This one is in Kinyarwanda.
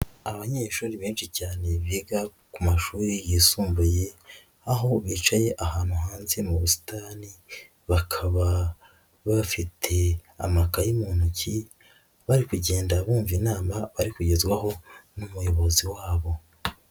Abanyeshuri benshi cyane biga ku mashuri yisumbuye aho bicaye ahantu hanze mu busitani, bakaba bafite amakayi mu ntoki bari kugenda bumva inama bari kugezwaho n'umuyobozi wabo.